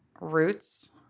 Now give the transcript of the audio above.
roots